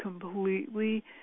completely